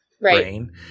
brain